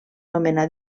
nomenà